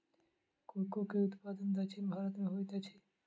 cocoa के उत्पादन दक्षिण भारत में होइत अछि